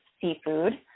seafood